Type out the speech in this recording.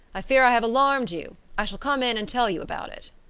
i fear i have alarmed you. i shall come in and tell you about it.